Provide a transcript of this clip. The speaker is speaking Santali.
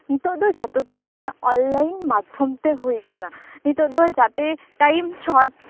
ᱱᱤᱛᱚᱜ ᱫᱚ ᱡᱷᱚᱛᱚ ᱠᱤᱪᱷᱩ ᱜᱮ ᱚᱱᱞᱟᱭᱤᱱ ᱢᱟᱫᱽᱫᱷᱚᱢ ᱛᱮ ᱦᱩᱭ ᱟᱠᱟᱱᱟ ᱱᱤᱛᱚᱜ ᱫᱚ ᱡᱟᱛᱮ ᱴᱟᱭᱤᱢ ᱥᱚᱨᱴ